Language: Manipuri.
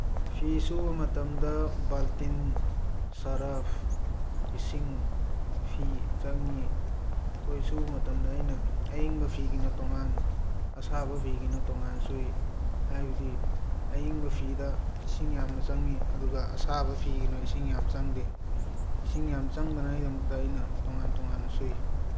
ꯐꯤ ꯁꯨꯕ ꯃꯇꯝꯗ ꯕꯥꯜꯇꯤꯟ ꯁꯔꯐ ꯏꯁꯤꯡ ꯐꯤ ꯆꯪꯉꯤ ꯃꯈꯣꯏ ꯁꯨꯕ ꯃꯇꯝꯗ ꯑꯩꯅ ꯑꯌꯤꯡꯕ ꯐꯤꯒꯤꯅ ꯇꯣꯉꯥꯟ ꯑꯁꯥꯕ ꯐꯤꯒꯤꯅ ꯇꯣꯉꯥꯟ ꯁꯨꯏ ꯍꯥꯏꯕꯗꯤ ꯑꯌꯤꯡꯕ ꯐꯤꯗ ꯏꯁꯤꯡ ꯌꯥꯝꯅ ꯆꯪꯉꯤ ꯑꯗꯨꯒ ꯑꯁꯥꯕ ꯐꯤꯒꯤꯅ ꯏꯁꯤꯡ ꯌꯥꯝꯅ ꯆꯪꯗꯦ ꯏꯁꯤꯡ ꯌꯥꯝ ꯆꯪꯗꯉꯥꯏꯗꯃꯛꯇ ꯑꯩꯅ ꯇꯣꯉꯥꯟ ꯇꯣꯉꯥꯟꯅ ꯁꯨꯏ